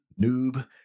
noob